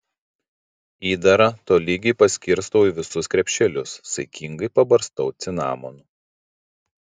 įdarą tolygiai paskirstau į visus krepšelius saikingai pabarstau cinamonu